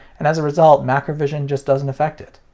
and as a result macrovision just doesn't affect it.